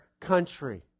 country